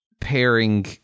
pairing